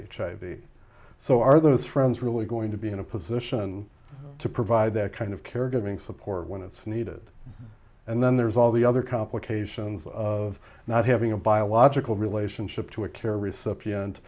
hiv so are those friends really going to be in a position to provide that kind of care giving support when it's needed and then there's all the other complications of not having a biological relationship to a care recipient